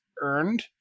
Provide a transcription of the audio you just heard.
earned